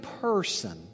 person